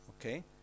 okay